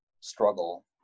struggle